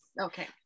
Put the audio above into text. Okay